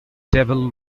devil